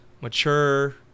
Mature